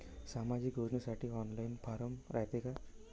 सामाजिक योजनेसाठी online form रायते का?